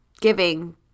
giving